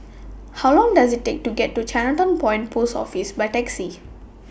How Long Does IT Take to get to Chinatown Point Post Office By Taxi